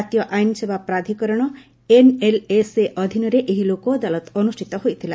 ଜାତୀୟ ଆଇନ ସେବା ପ୍ରାଧିକରଣ ଏନ୍ଏଲ୍ଏସ୍ଏ ଅଧୀନରେ ଏହି ଲୋକ ଅଦାଲତ ଅନ୍ରଷ୍ଠିତ ହୋଇଥିଲା